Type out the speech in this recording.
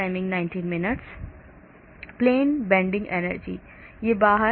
Plane bending energy से बाहर